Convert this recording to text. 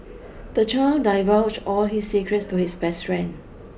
the child divulge all his secrets to his best friend